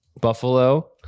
buffalo